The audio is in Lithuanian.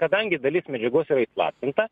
kadangi dalis medžiagos yra įslaptinta